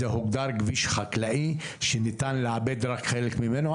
זה הוגדר כביש חקלאי שניתן לעבד רק חלק ממנו.